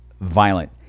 violent